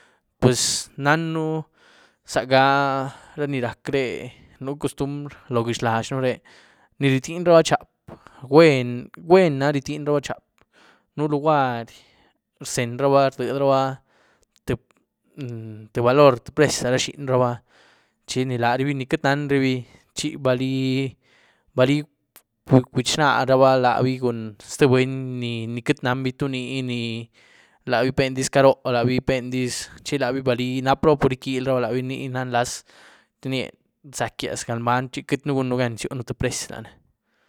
Puz nannú zaga ra ni rac' re nú costumbr loóh ghiézh laxnú re, ni rityienyruba zhyiap gwuen na rityienyruba zhyiap, nu luguary rzenyraba rdyiedruba tïé-tïé valor, tïé prezy lâra zhinyraba chi larubi ni queity nanrabi chi balí-balí guch'naraba labi cun ztïé buny ni queity nanbi tuni ni, labi pendiz car'ró, labi pendiz, chi labi bili, nap'ruba por rquielyruba labi, ní nah nlaz. Rnyié nzá'quiaz galmbany chi queity nú guíennugan izyun tíë prezy lani.